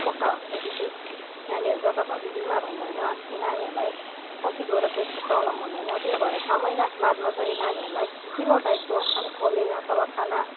पक्का हुन्छ विशेष नानीहरू जताभावी बिमार हुँदैन यी नानीहरूलाई पछि गएर पेटको प्रोब्लम हुँदैन त्यही भएर छ महिना बादमा चाहिँ नानीहरूलाई गिलो टाइपको अब खोले अथवा खाना